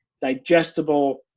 digestible